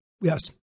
Yes